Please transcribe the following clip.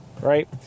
right